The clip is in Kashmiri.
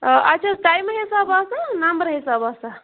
آ اَتہِ چھِ حظ ٹایمہ حِساب آسان نمبرٕ حِساب آسان